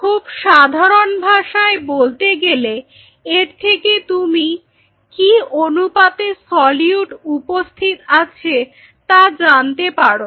খুব সাধারণ ভাষায় বলতে গেলে এর থেকে তুমি কি অনুপাতে সলিউট উপস্থিত আছে তা জানতে পারো